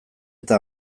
eta